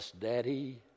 daddy